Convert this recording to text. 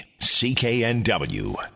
CKNW